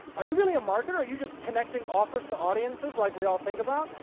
are you really a marketer or you just connecting offers to audiences like we all think about?